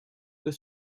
the